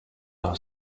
are